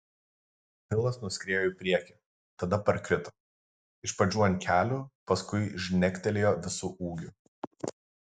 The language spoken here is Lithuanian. vilas nuskriejo į priekį tada parkrito iš pradžių ant kelių paskui žnektelėjo visu ūgiu